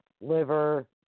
liver